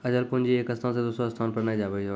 अचल पूंजी एक स्थान से दोसरो स्थान नै जाबै पारै